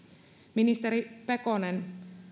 ministeri pekonen